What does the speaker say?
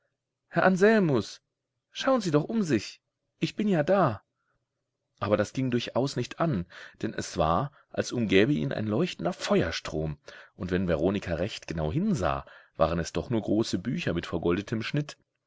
herr anselmus schauen sie doch um sich ich bin ja da aber das ging durchaus nicht an denn es war als umgäbe ihn ein leuchtender feuerstrom und wenn veronika recht genau hinsah waren es doch nur große bücher mit vergoldetem schnitt